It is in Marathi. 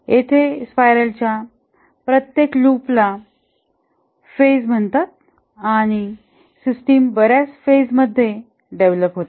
येथे स्पायरलच्या प्रत्येक लूपला फेज म्हणतात आणि सिस्टिम बर्याच फेज मध्ये डेव्हलप होते